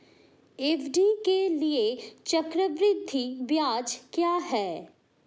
FD के लिए चक्रवृद्धि ब्याज क्या है?